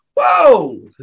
whoa